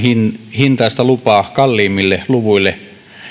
hintaista lupaa kalliimmille luville